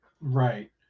Right